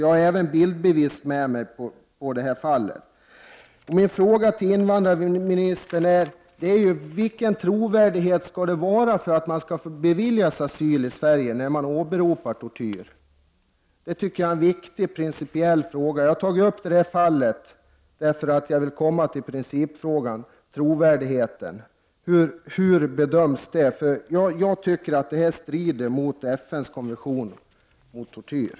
Jag har även bildbevis på detta fall med mig. Min fråga till invandrarministern är: Hur stor skall trovärdigheten vara för att någon skall beviljas asyl i Sverige när tortyr åberopas? Detta tycker jag är en viktig principiell fråga. Jag har tagit upp detta fall eftersom jag vill komma till principfrågan, nämligen frågan om trovärdigheten och hur den bedöms. Jag anser nämligen att detta strider mot FN:s konvention mot tortyr.